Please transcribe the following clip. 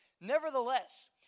Nevertheless